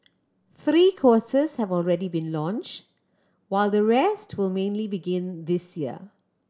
three courses have already been launched while the rest will mainly begin this year